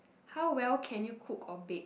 how well can you cook or bake